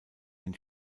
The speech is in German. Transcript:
den